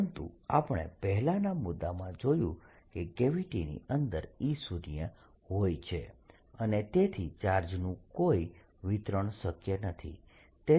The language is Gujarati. પરંતુ આપણે પહેલાનાં મુદ્દામાં જોયું કે કેવિટીની અંદર E શૂન્ય હોય છે અને તેથી ચાર્જનું કોઈ વિતરણ શક્ય નથી